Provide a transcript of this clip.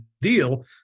deal